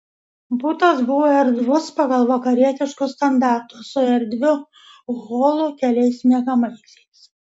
butas buvo erdvus pagal vakarietiškus standartus su erdviu holu keliais miegamaisiais